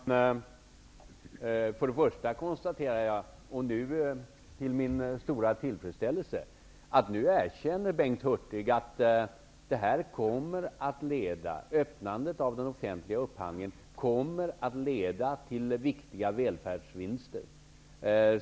Herr talman! Först och främst konstaterar jag, till min stora tillfredsställelse, att nu erkänner Bengt Hurtig att öppnandet av den offentliga upphandlingen kommer att leda till viktiga välfärdsvinster.